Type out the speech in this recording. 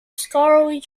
scholarly